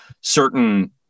certain